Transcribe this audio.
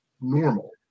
normal